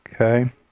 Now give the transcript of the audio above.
Okay